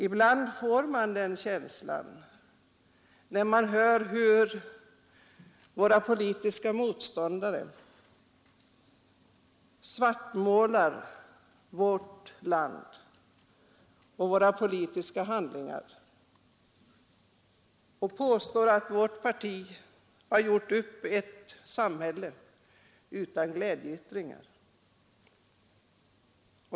Ibland får man den känslan när man hör hur våra politiska motståndare svartmålar vårt land och våra politiska handlingar och påstår att vårt parti har skapat ett samhälle utan glädjeyttringar.